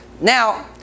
now